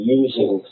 using